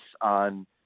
on